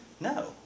No